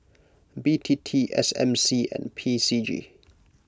B T T S M C and P C G